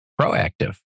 proactive